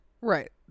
Right